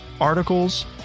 articles